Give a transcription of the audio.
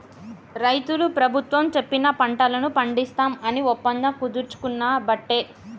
రైతులు ప్రభుత్వం చెప్పిన పంటలను పండిస్తాం అని ఒప్పందం కుదుర్చుకునబట్టే